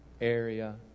area